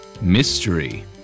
Mystery